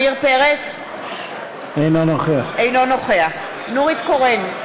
אינו נוכח נורית קורן,